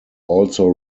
also